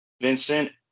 vincent